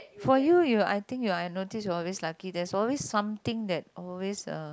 for you you I think you are I notice you are always lucky there's always something that always uh